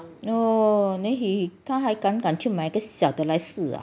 oh then he 她还敢敢去买一个小的来试啊